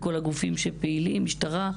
לכל הגופים שפעילים משטרה,